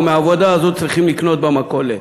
ומהעבודה הזאת צריכים לקנות במכולת".